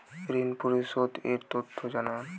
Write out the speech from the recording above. ঋন পরিশোধ এর তথ্য জানান